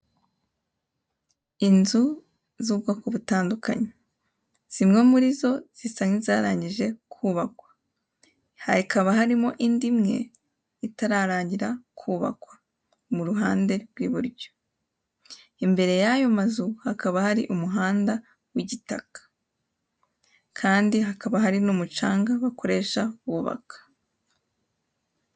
Inzu z'ubwoko butandukanye; zimwe muri zo zisa nk'izarangije kubakwa, hakaba harimo indi imwe itararangira kubakwa mu ruhande rw'iburyo. Imbere y'ayo mazu hakaba hari umuhanda w'igitaka kandi hakaba hari n'umucanga bakoresha kubaka.